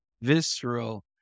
visceral